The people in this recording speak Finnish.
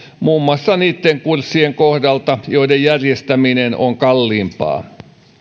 muun muassa niitten kurssien kohdalta joiden järjestäminen on kalliimpaa